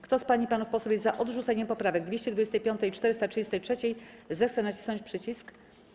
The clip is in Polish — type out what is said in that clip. Kto z pań i panów posłów jest za odrzuceniem poprawek 225. i 433., zechce nacisnąć przycisk.